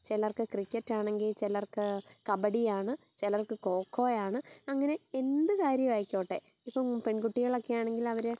ചിലർക്ക് ക്രിക്കറ്റാണെങ്കിൽ ചിലർക്ക് കബഡിയാണ് ചിലർക്ക് കൊക്കോയാണ് അങ്ങനെ എന്ത് കാര്യമായിക്കോട്ടെ ഇപ്പം പെണ്കുട്ടികളൊക്കെയാണെങ്കിൽ അവർ